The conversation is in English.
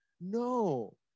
no